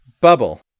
Bubble